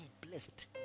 blessed